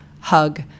hug